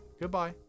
Goodbye